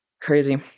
Crazy